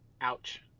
Ouch